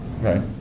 Right